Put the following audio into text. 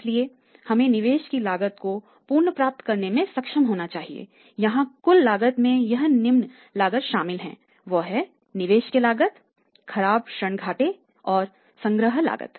इसलिए हमें निवेश की लागत को पुनर्प्राप्त करने में सक्षम होना चाहिए यहांकुल लागत में यह निम्न लागत शामिल है वह है निवेश के लागत खराब ऋण घाटे और संग्रह लागत